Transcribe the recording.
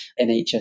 NHS